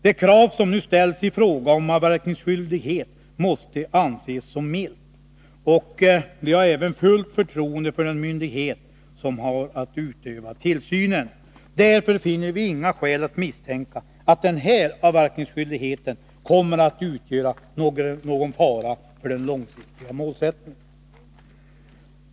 Det krav som nu ställs i fråga om avverkningsskyldighet måste anses vara milt, och vi har även fullt förtroende för den myndighet som har att utöva tillsynen. Därför finner vi inga skäl att misstänka att den här avverkningsskyldigheten kommer att utgöra någon fara för det långsiktiga målet.